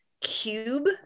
Cube